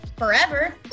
forever